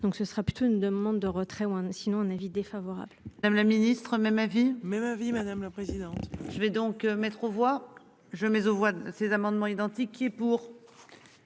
donc ce sera plutôt une demande de retrait ou sinon un avis défavorable. Madame la Ministre même avis même avis madame la présidente. Je vais donc mettre aux voix je mets aux voix ces amendements identiques et pour.